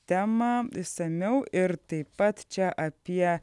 temą išsamiau ir taip pat čia apie